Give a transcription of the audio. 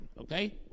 Okay